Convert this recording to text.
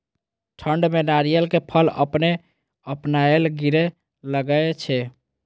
ठंड में नारियल के फल अपने अपनायल गिरे लगए छे?